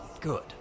good